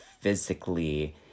physically